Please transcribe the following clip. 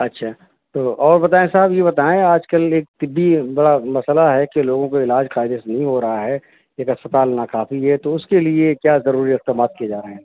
اچھا تو اور بتائیں صاحب یہ بتائیں آج کل ایک طبی بڑا مسئلہ ہے کہ لوگوں کو علاج قاعدے سے نہیں ہو رہا ہے ایک اسپتال ناکافی ہے تو اس کے لیے کیا ضروری اقدامات کیے جا رہے ہیں